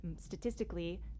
statistically